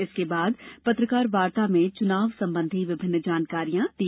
इसके बाद पत्रकार वार्ता में चुनाव संबंधी विभिन्न जानकारियां दी